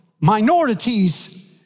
minorities